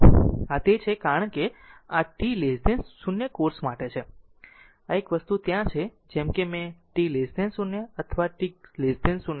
આ તે છે કારણ કે આ t 0 કોર્સ માટે છે એક વસ્તુ ત્યાં છે જેમકે મેં t 0 અથવા t 0